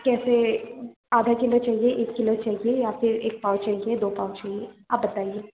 कैसे आधा किलो चाहिये एक किलो चाहिये या फिर एक पाव चाहिये दो पाव चाहिये आप बताइए